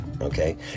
Okay